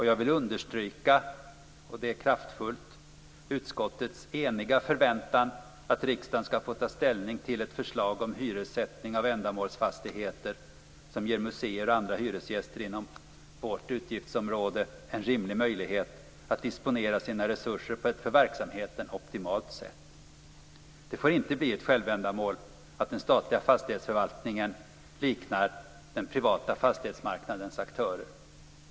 Jag vill understryka, och det kraftfullt, utskottets eniga förväntan att riksdagen skall få ta ställning till ett förslag om hyressättning av ändamålsfastigheter som ger museer och andra hyresgäster inom vårt utgiftsområde en rimlig möjlighet att disponera sina resurser på ett för verksamheten optimalt sätt. Det får inte bli ett självändamål att den statliga fastighetsförvaltningen liknar den privata fastighetsmarknadens aktörer.